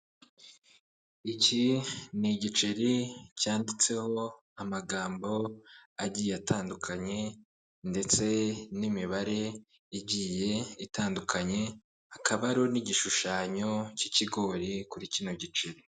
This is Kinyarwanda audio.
Iki ni igiceri cyanditseho amagambo agiye atandukanye ndetse n'imibare igiye itandukanye, hakaba hariho n'igishushanyo k'ikigori kuri kino giceri.